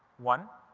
one,